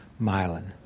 myelin